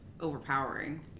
overpowering